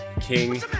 King